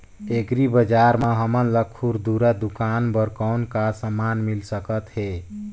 Agri बजार म हमन ला खुरदुरा दुकान बर कौन का समान मिल सकत हे?